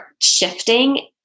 shifting